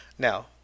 Now